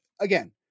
again